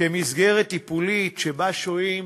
מסגרת טיפולית שבה שוהים